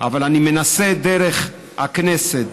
אבל אני מנסה דרך הכנסת,